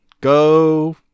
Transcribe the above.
Go